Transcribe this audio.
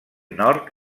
nord